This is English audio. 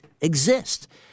exist